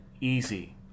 easy